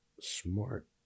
smart